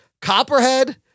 Copperhead